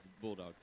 Bulldog